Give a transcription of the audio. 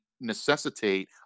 necessitate